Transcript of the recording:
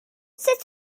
sut